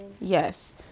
Yes